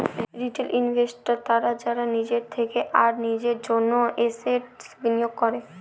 retail investors তারা যারা নিজের থেকে আর নিজের জন্য এসেটস বিনিয়োগ করে